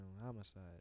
homicide